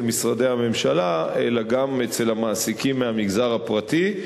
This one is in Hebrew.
משרדי הממשלה אלא גם אצל המעסיקים מהמגזר הפרטי,